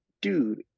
dude